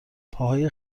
پاهای